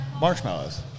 marshmallows